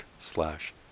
slash